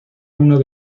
uno